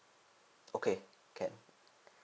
okay can